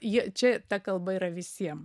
ji čia ta kalba yra visiem